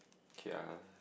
ya